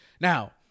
now